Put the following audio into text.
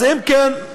אם כן,